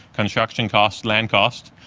construction costs, land costs.